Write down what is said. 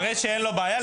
אם זה מראה שאין לו בעיה,